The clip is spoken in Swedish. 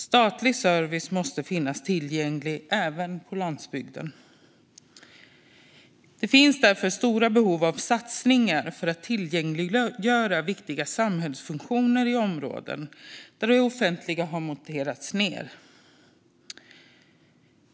Statlig service måste finnas tillgänglig även på landsbygden. Det finns därför stora behov av satsningar för att tillgängliggöra viktiga samhällsfunktioner i områden där det offentliga har monterats ned.